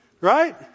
Right